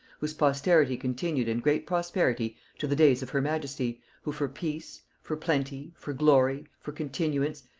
whose posterity continued in great prosperity to the days of her majesty, who for peace, for plenty, for glory, for continuance,